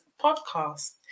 podcast